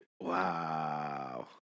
Wow